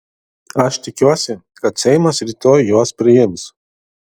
aš tikiuosi kad seimas rytoj juos priims